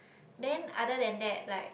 then other than that like